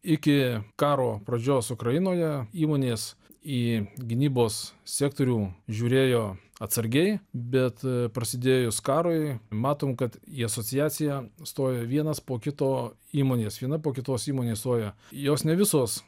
iki karo pradžios ukrainoje įmonės į gynybos sektorių žiūrėjo atsargiai bet prasidėjus karui matom kad į asociaciją stoja vienas po kito įmonės viena po kitos įmonės stoja jos ne visos